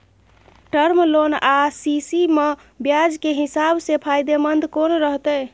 Term loan आ C C ब्याज के हिसाब से फायदेमंद कोन रहते?